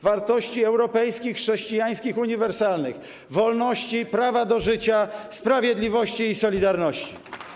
Wartości europejskich, chrześcijańskich, uniwersalnych: wolności, prawa do życia, sprawiedliwości i solidarności.